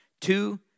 Two